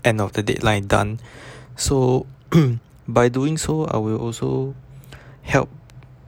end of the deadline done so by doing so I will also help